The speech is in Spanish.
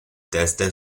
desde